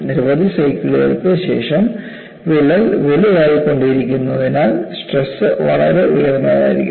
നിരവധി സൈക്കിളുകൾക്ക് ശേഷം വിള്ളൽ വലുതായി ക്കൊണ്ടിരിക്കുന്നതിനാൽ സ്ട്രെസ് വളരെ ഉയർന്നതായിരിക്കും